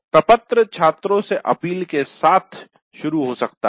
प्रपत्र छात्रों से अपील के साथ शुरू हो सकता है